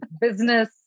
business